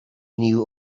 knew